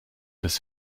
des